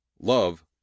love